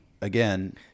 again